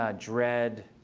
ah dread,